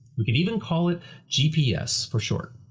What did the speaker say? we can even call it gps for short.